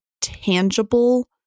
tangible